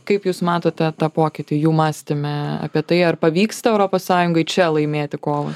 kaip jūs matote tą pokytį jų mąstyme apie tai ar pavyksta europos sąjungai čia laimėti kovą